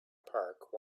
park